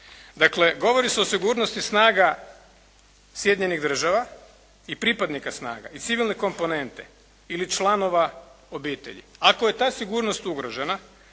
Dakle govori se o sigurnosti snaga Sjedinjenih Država i pripadnika snaga i civilne komponente ili članova obitelji. Ako je ta sigurnost ugrožena